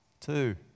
two